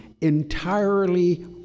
entirely